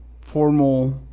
formal